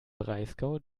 breisgau